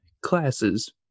classes